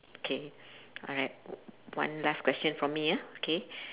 K alright one last question from me ah K